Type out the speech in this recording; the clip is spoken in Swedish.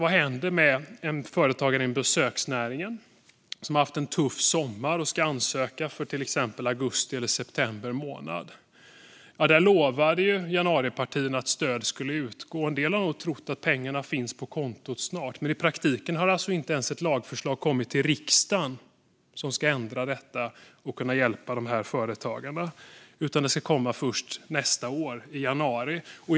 Vad händer med en företagare i besöksnäringen som har haft en tuff sommar och ansöker för till exempel augusti eller september månad? Januaripartierna lovade att stöd skulle utgå, och en del har nog trott att pengarna snart skulle finnas på kontot. Men i praktiken har inte ens ett lagförslag kommit till riksdagen som ska kunna hjälpa dessa företagare. Det kommer först i januari nästa år.